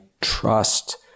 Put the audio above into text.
trust